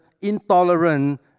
intolerant